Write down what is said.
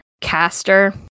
caster